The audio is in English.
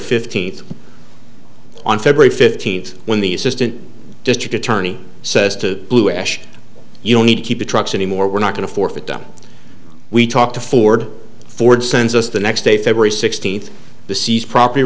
fifteenth on february fifteenth when these distant district attorney says to blue ash you don't need to keep the trucks anymore we're not going to forfeit down we talked to ford ford sends us the next day february sixteenth to seize property